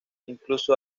incluso